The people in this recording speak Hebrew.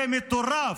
זה מטורף.